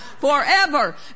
forever